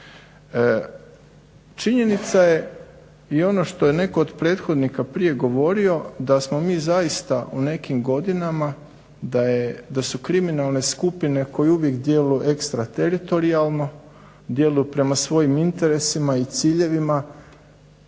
Činjenica je i ono što je netko od prethodnika prije govorio da smo mi zaista u nekim godinama da je, da su kriminalne skupine koje uvijek djeluju ekstrateritorijalno, djeluju prema svojim interesima i ciljevima,